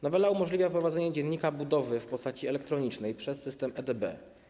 Nowela umożliwia prowadzenie dziennika budowy w postaci elektronicznej przez system EDB.